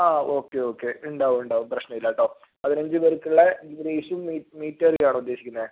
ആ okay okay ഉണ്ടാവും ഉണ്ടാവും പ്രശ്നമില്ലാട്ടോ പതിനഞ്ച് പേർക്കുള്ള ഗീ റൈസും മി മീറ്റ് കറിയും ആണോ ഉദ്ദേശിക്കുന്നത്